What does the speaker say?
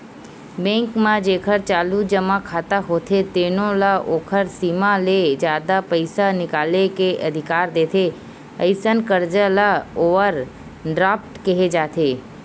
bank म जेखर चालू जमा खाता होथे तेनो ल ओखर सीमा ले जादा पइसा निकाले के अधिकार देथे, अइसन करजा ल ओवर ड्राफ्ट केहे जाथे